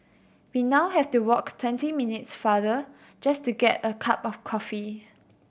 we now have to walk twenty minutes farther just to get a cup of coffee